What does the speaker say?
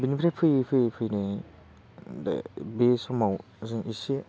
बिनिफ्राय फैयै फैयै फैनानै दा बे समाव जों एसे